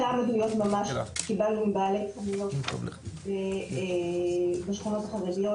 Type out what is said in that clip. אותם עדויות ממש קיבלנו מבעלי חנויות בשכונות החרדיות,